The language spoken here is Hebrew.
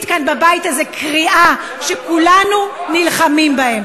כאן בבית הזה קריאה שכולנו נלחמים בהם.